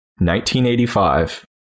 1985